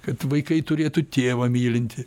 kad vaikai turėtų tėvą mylintį